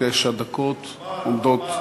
תשע דקות עומדות,